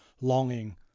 longing